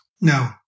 No